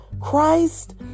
Christ